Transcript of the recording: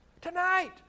Tonight